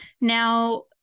Now